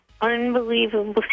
unbelievably